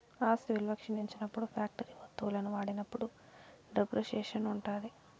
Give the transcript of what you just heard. ఆస్తి విలువ క్షీణించినప్పుడు ఫ్యాక్టరీ వత్తువులను వాడినప్పుడు డిప్రిసియేషన్ ఉంటాది